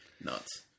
Nuts